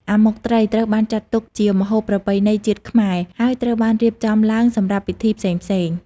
អាម៉ុកត្រី ត្រូវបានចាត់ទុកជាម្ហូបប្រពៃណីជាតិខ្មែរ ហើយត្រូវបានរៀបចំឡើងសម្រាប់ពិធីផ្សេងៗ។